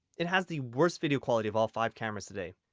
it has the worst video quality of all five cameras today.